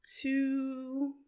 two